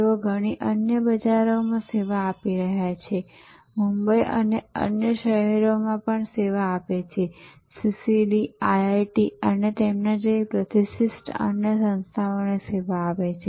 તેઓ ઘણી અન્ય બજારો માં સેવા આપી રહ્યા છે મુંબઈ અને અન્ય શેહરો માં પણ સેવા આપે છે સીસીડી IIT અને તેના જેવી પ્રતિષ્ઠિત અન્ય સંસાથાઓને સેવા આપે છે